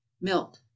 Milk